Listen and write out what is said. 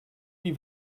wie